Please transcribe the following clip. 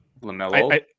Lamelo